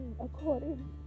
According